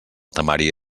temari